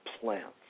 plants